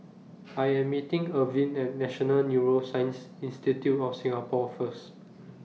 I Am meeting Ervin At National Neuroscience Institute of Singapore First